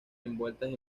envueltas